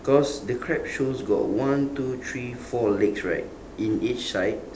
cause the crab shows got one two three four legs right in each side